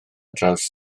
draws